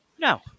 No